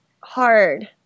hard